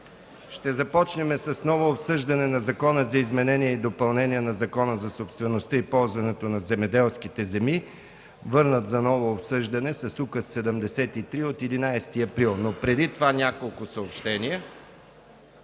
Ще започнем с ново обсъждане на Закона за изменение и допълнение на Закона за собствеността и ползването на земеделските земи, върнат за ново обсъждане с Указ № 73 от 11 април 2014 г., но преди това няколко съобщения: